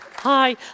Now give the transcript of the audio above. Hi